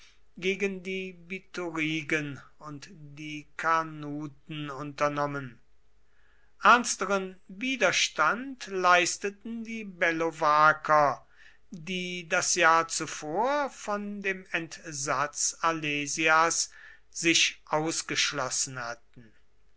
gegen die biturigen und die carnuten unternommen ernsteren widerstand leisteten die bellovaker die das jahr zuvor von dem entsatz alesias sich ausgeschlossen hatten